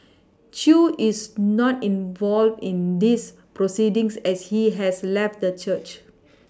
Chew is not involved in these proceedings as he has left the church